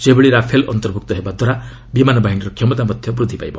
ସେହିଭଳି ରାଫେଲ୍ ଅନ୍ତର୍ଭୁକ୍ତ ହେବାଦ୍ୱାରା ମଧ୍ୟ ବିମାନ ବାହିନୀର କ୍ଷମତା ବୃଦ୍ଧି ପାଇବ